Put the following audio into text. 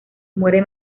muere